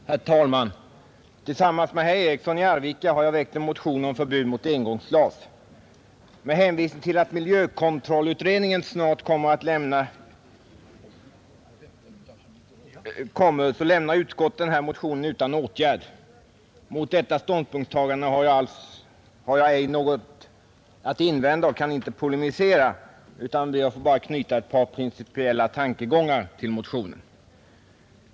Herr talman! Tillsammans med herr Eriksson i Arvika har jag väckt en motion om förbud mot engångsglas. Med hänvisning till att miljökontrollutredningen snart kommer att avlämna sitt betänkande lämnar utskottet denna motion utan åtgärd. Mot detta ståndpunktstagande har jag ej något att invända och kan inte polemisera mot det, utan jag ber bara att få knyta ett par principiella tankegångar till motionen.